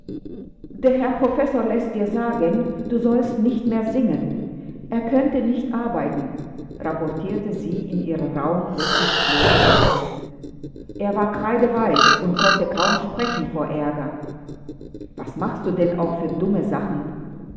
der herr professor läßt dir sagen du solltest nicht mehr singen er könnte nicht arbeiten rapportierte sie in ihrer rauhen rücksichtslosen weise er war kreideweiß und konnte kaum sprechen vor aerger was machst du denn aber auch für dumme sachen